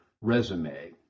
resume